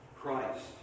Christ